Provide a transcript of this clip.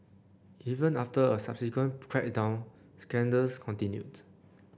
even after a subsequent crackdown scandals continued